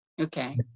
okay